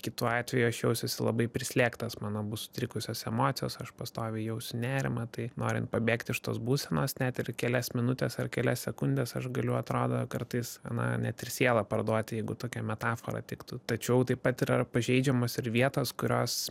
kitu atveju aš jausiuosi labai prislėgtas mano bus sutrikusios emocijos aš pastoviai jausiu nerimą tai norint pabėgt iš tos būsenos net ir kelias minutes ar kelias sekundes aš galiu atrodo kartais na net ir sielą parduoti jeigu tokia metafora tiktų tačiau taip pat yra pažeidžiamos ir vietos kurios